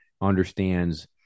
understands